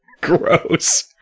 Gross